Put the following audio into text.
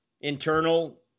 internal